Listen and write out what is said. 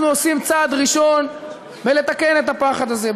אנחנו עושים צעד ראשון בלתקן את הפחד הזה,